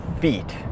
feet